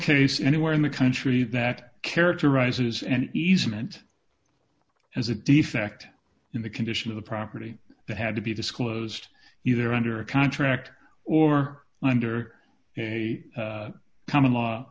case anywhere in the country that characterize it as and easement as a defect in the condition of the property that had to be disclosed either under a contract or under a common law